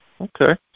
okay